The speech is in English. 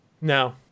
no